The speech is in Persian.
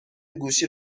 گوشی